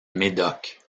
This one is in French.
médoc